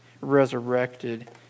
resurrected